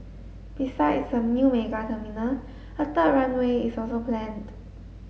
besides a new mega terminal a third runway is also planned